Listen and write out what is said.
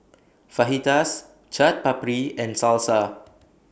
Fajitas Chaat Papri and Salsa